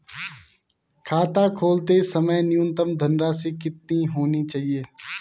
खाता खोलते समय न्यूनतम धनराशि कितनी होनी चाहिए?